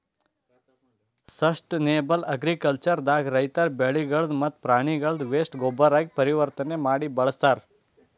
sustainable agriculture ದಾಗ ರೈತರ್ ಬೆಳಿಗಳ್ದ್ ಮತ್ತ್ ಪ್ರಾಣಿಗಳ್ದ್ ವೇಸ್ಟ್ ಗೊಬ್ಬರಾಗಿ ಪರಿವರ್ತನೆ ಮಾಡಿ ಬಳಸ್ತಾರ್